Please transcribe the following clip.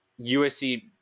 USC